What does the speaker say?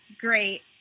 great